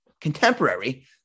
contemporary